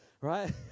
right